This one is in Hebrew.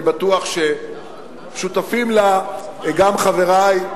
אני בטוח ששותפים לה גם חברי,